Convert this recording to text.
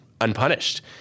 unpunished